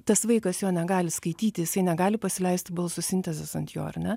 tas vaikas jo negali skaityti jisai negali pasileisti balso sintezės ant jo ar ne